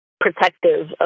protective